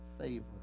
favor